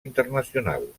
internacional